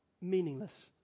Meaningless